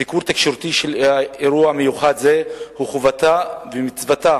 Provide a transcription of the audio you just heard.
סיקור תקשורתי של אירוע מיוחד זה הוא חובתה ומצוותה